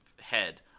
head